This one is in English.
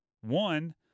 One